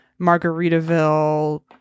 margaritaville